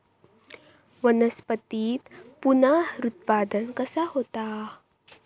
वनस्पतीत पुनरुत्पादन कसा होता?